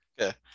Okay